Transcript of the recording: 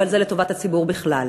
אבל זה לטובת הציבור בכלל.